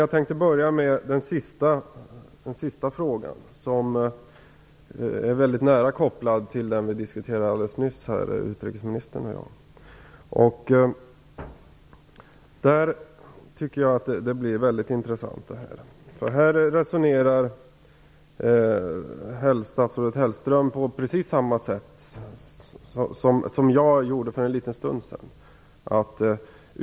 Jag tänkte börja med den sista frågan som är väldigt nära kopplad till den fråga som utrikesministern och jag nyss diskuterat. Det hela blir väldigt intressant. Statsrådet Hellström resonerar ju på precis samma sätt som jag för en stund sedan gjorde.